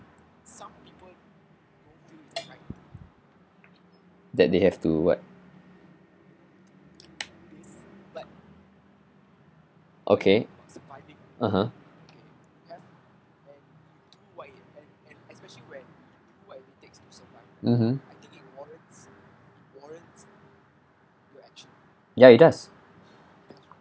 that they have to what okay (uh huh) mmhmm ya it does